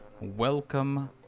Welcome